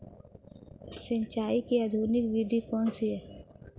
सिंचाई की आधुनिक विधि कौनसी हैं?